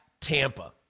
Tampa